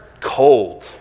cold